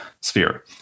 sphere